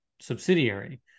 subsidiary